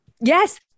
Yes